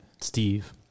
Steve